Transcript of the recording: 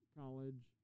college